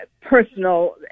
personal